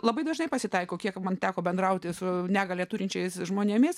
labai dažnai pasitaiko kiek man teko bendrauti su negalią turinčiais žmonėmis